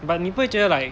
but 你不会觉得 like